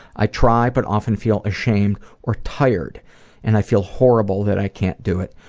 i try but often feel ashamed or tired and i feel horrible that i can't do it.